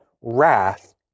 wrath